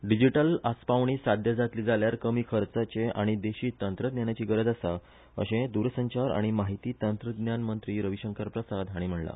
डिजीटल आसपावणी साद्य जातली जाल्यार कमी खर्चाचें आनी देशी तंत्रज्ञानाची गरज आसा अर्शे द्रसंचार आनी माहिती तंत्रज्ञान मंत्री रविशंकर प्रसाद हाणी म्हणला